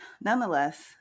Nonetheless